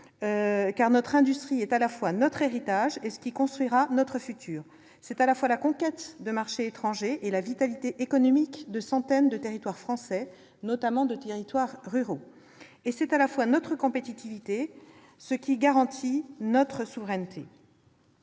notre industrie est à la fois notre héritage et ce qui construira notre futur. C'est à la fois la conquête de marchés étrangers et la vitalité économique de centaines de territoires français, notamment ruraux. C'est à la fois notre compétitivité et ce qui garantit notre souveraineté.